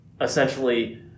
essentially